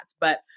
but-